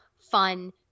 fun